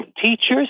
Teachers